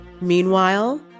Meanwhile